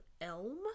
Elm